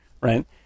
right